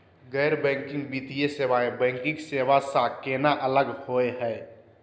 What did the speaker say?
गैर बैंकिंग वित्तीय सेवाएं, बैंकिंग सेवा स केना अलग होई हे?